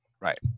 Right